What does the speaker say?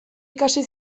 ikasi